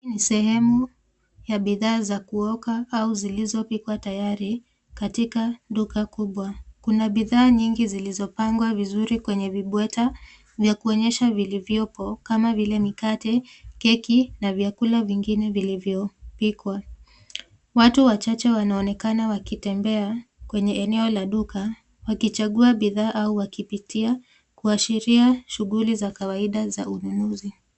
Ni sehemu ya bidhaa za kuoka au zilizopikwa tayari katika duka kubwa. Kuna bidhaa nyingi zilizopangwa vizuri kwenye vibweta vya kuonyesha vilivyoko kama vile mikate, keki na vyakula vingine vilivyopikwa. Watu wachache wanaonekana wakitembea kwenye eneo la duka wakichagua bidhaa au wakipitia kuashiria shughuli za kawaida za ununuzi.